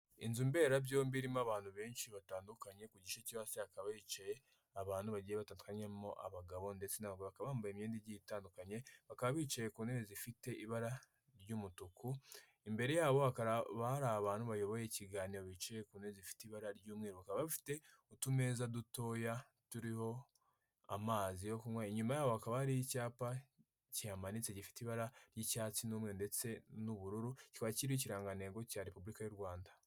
Inzumberabyombi irimo abantu benshi batandukanye. Ku gice cyo hasi hakaba hicaye abantu bagiye batandukanye harimo abagabo ndetse n'abagore. Bakaba bambaye imyenda igiye itandukanye. Bakaba bicaye ku ntebe zifite ibara ry'umutuku. Imbere yabo hakaba hari abantu bayoboye ikiganiro bicaye ku ntebe zifite ibara ry'umweru. Bakaba bafite utumeza dutoya turiho amazi yo kunywa. Inyuma yaho hakaba hari icyapa kihamanitse gifite ibara ry'icyatsi, n'umweru, ndetse n'ubururu. Kikaba kiriho ikirangantego cya Repubulika y'u Rwanda.